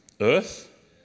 earth